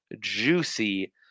juicy